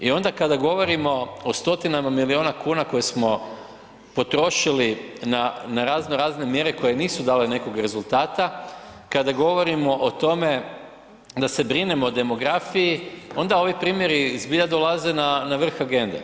I onda kada govorimo o stotinama milijuna kuna koje smo potrošili na, na razno razne mjere koje nisu dale nekog rezultata, kada govorimo o tome da se brinemo o demografiji onda ovi primjeri zbilja dolaze na, na vrh agende.